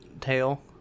tail